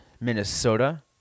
Minnesota